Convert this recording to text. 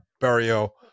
Barrio